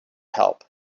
help